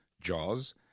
Jaws